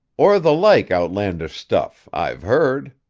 or the like outlandish stuff, i've heard.